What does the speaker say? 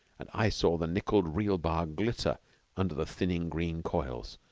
and i saw the nickelled reel-bar glitter under the thinning green coils.